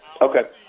Okay